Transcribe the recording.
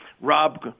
Rob